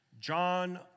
John